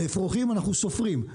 לאפרוחים אנחנו סופרים,